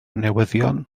newyddion